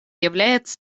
является